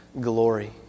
glory